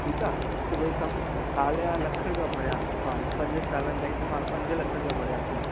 ठीकु आहे की भई स साल जा लखु रुपिया भरिया पाण पंज सालनि ताईं त पाण पंज लख रुपिया भरियासीं